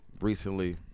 recently